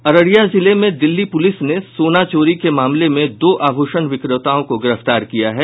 अररिया जिले में दिल्ली पुलिस ने सोना चोरी के मामले में दो आभूषण विक्रेताओं को गिरफ्तार किया है